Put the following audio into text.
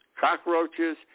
cockroaches